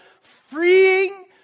freeing